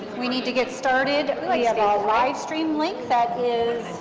we need to get started. we like have a livestream link that is